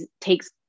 takes